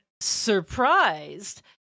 surprised